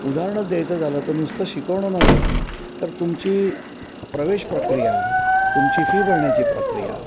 उदाहरणत द्यायचं झालं तर नुसतं शिकवणं नव्हे तर तुमची प्रवेश प्रक्रिया तुमची फी भरण्याची प्रक्रिया